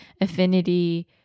affinity